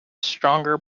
stronger